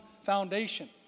foundation